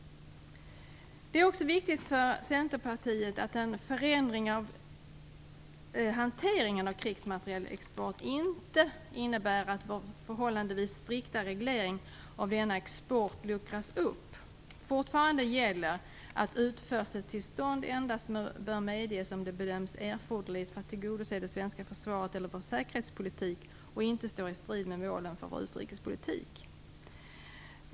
Det är också viktigt för Centerpartiet att en förändring av hanteringen av krigsmaterielexport inte innebär att vår förhållandevis strikta reglering av denna export luckras upp. Fortfarande gäller att utförseltillstånd endast bör medges om det bedöms erforderligt för att tillgodose det svenska försvaret eller vår säkerhetspolitik och det inte står i strid med målen för vår utrikespolitik.